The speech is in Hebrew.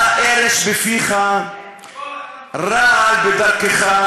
אתה, ארס בפיך, רעל בדרכך.